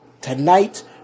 tonight